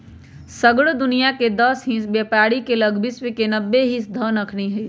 सगरो दुनियाँके दस हिस बेपारी के लग विश्व के नब्बे हिस धन अखनि हई